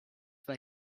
why